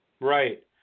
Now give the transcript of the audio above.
Right